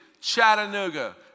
Chattanooga